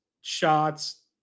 shots